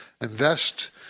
Invest